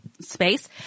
space